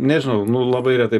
nežinau nu labai retai